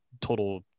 total